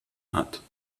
hat